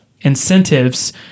incentives